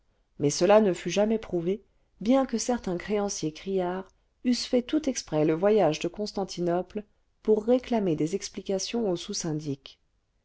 mais cela ne fut jamais prouvé bien que certains créanciers criards eussent fait tout exprès le voyage de constantinople pour réclamer des explications au